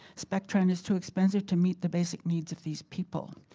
spectron is too expensive to meet the basic needs of these people,